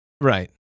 Right